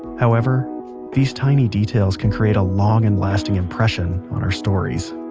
however these tiny details can create a long and lasting impression on our stories